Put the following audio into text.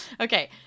Okay